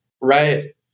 Right